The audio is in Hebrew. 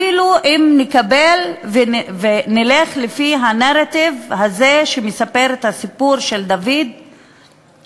אפילו אם נקבל ונלך לפי הנרטיב הזה שמספר את הסיפור של דוד המדוכא,